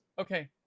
Okay